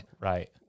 Right